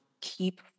Keep